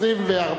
שלא על-פי אמונתם.